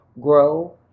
grow